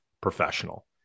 professional